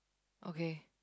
okay